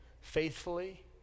faithfully